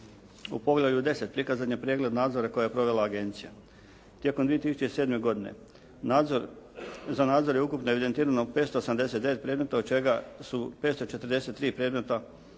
U poglavlju X. prikazan je pregled nadzora koji je provela agencija. Tijekom 2007. godine za nadzor je ukupno evidentirano 589 predmeta od čega su 543 predmeta